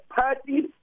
party